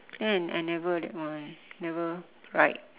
then I never that one never ride